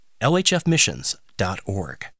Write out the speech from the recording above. lhfmissions.org